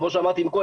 כמו שאמרתי קודם,